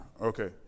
Okay